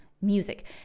music